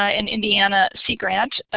ah and indiana sea grant.